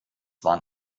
waren